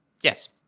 Yes